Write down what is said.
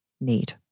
need